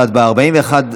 להעביר את הצעת